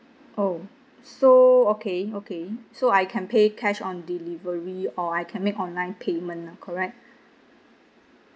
oh so okay okay so I can pay cash on delivery or I can make online payment lah correct